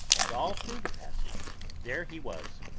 and all through the passage there he was,